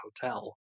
hotel